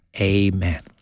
Amen